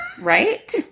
right